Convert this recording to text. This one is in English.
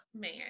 Man